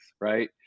Right